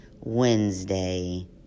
Wednesday